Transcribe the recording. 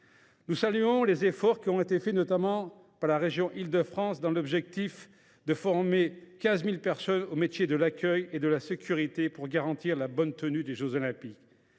nous saluons les efforts consentis, notamment par la région Île de France, dont l’objectif est de former 15 000 personnes aux métiers de l’accueil et de la sécurité, pour garantir la bonne tenue des jeux Olympiques.